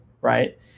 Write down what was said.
right